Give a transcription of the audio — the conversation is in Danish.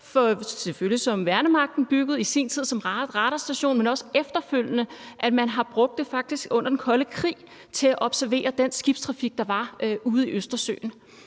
selvfølgelig byggede i sin tid som radarstation, men også efterfølgende – som man faktisk har brugt under den kolde krig til at observere den skibstrafik, der var ude i Østersøen.